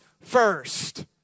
first